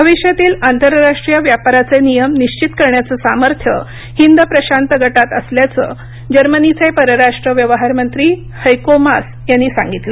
भविष्यातील आंतरराष्ट्रीय व्यापाराचे नियम निश्वित करण्याचं सामर्थ्य हिंद प्रशांत गटात असल्याचं जर्मनीचे परराष्ट्र व्यवहार मंत्री हैको मास यांनी सांगितलं